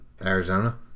Arizona